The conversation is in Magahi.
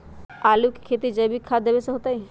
आलु के खेती जैविक खाध देवे से होतई?